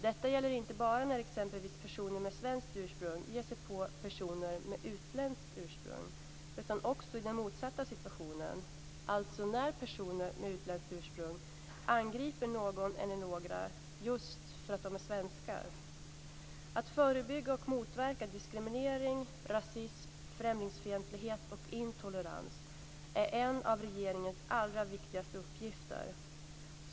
Detta gäller inte bara när exempelvis personer med svenskt ursprung ger sig på personer med utländskt ursprung, utan också i den motsatta situationen, alltså när personer med utländskt ursprung angriper någon eller några just för att de är svenskar. Att förebygga och motverka diskriminering, rasism, främlingsfientlighet och intolerans är en av regeringens allra viktigaste uppgifter.